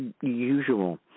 usual